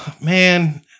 man